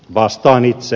vastaan itse